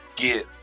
get